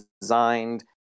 designed